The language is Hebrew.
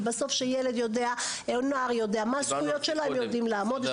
כי בסוף כשנער מודע לזכויותיו הוא יודע לעמוד על כך,